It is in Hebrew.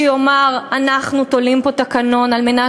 שיאמר: אנחנו תולים פה תקנון על מנת